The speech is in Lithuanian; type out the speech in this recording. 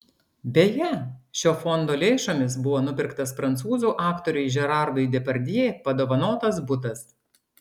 beje šio fondo lėšomis buvo nupirktas prancūzų aktoriui žerarui depardjė padovanotas butas